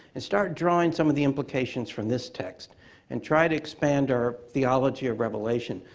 and start drawing some of the implications from this text and try to expand our theology of revelation,